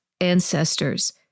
ancestors